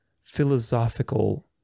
philosophical